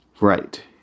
Right